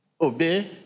obey